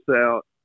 out